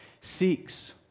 seeks